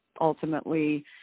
ultimately